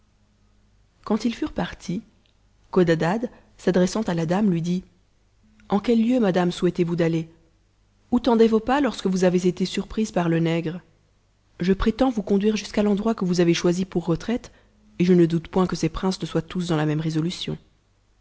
quand ils furent partis codadad s'adressant à la dame lui dit a en quels lieux madame souhaitez-vous d'aller où tendaient vos pas lorsque vous avez été surprise par le nègre je prétends vous conduire jusqu'à l'endroit que vous avez choisi pour retraite et je ne doute point que ces princes ne soient tous dans la même résolution